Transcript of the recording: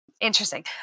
Interesting